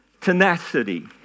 tenacity